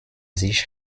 sich